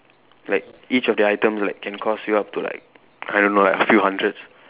like each of their item like can cost you up to like I don't know like a few hundreds